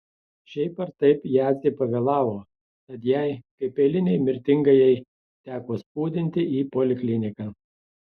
šiaip ar taip jadzė pavėlavo tad jai kaip eilinei mirtingajai teko spūdinti į polikliniką